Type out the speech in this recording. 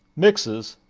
mixes,